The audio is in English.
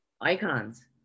icons